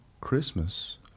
Christmas